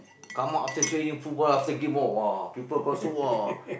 come up after training football after game all !wah! people call so !wah!